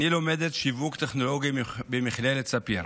אני לומדת שיווק טכנולוגי במכללת ספיר.